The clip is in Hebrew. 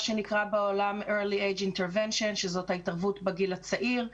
שנקרא בעולם ארלי אייג' טרוונשן שזאת ההתערבות בגיל הצעיר,